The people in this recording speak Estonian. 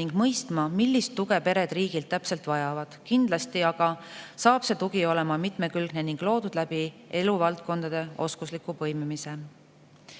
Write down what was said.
ning mõistma, millist tuge pered riigilt täpselt vajavad. Kindlasti saab see tugi olema mitmekülgne ning loodud läbi eluvaldkondade oskusliku põimimise.